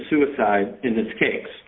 suicide in this case